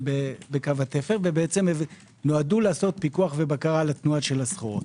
בקו התפר ונועדו לעשות פיקוח ובקרה על תנועת הסחורות.